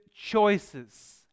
choices